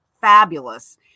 fabulous